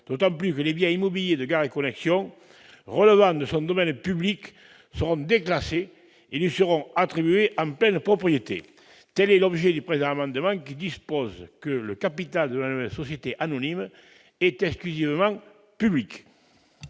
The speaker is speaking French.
d'autant que les biens immobiliers de Gares & Connexions relevant de son domaine public seront déclassés et lui seront attribués en pleine propriété. Tel est l'objet du présent amendement, qui prévoit que le capital de la nouvelle société anonyme soit exclusivement public.